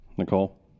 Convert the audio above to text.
nicole